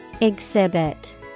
Exhibit